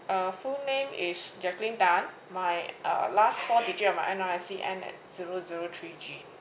uh full name is jacqueline tan my uh last four digit of my N_R_I_C end at zero zero three G